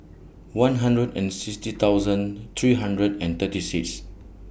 one hundred and sixty thousand three hundred and thirty six